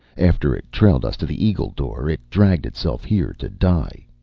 after it trailed us to the eagle door, it dragged itself here to die.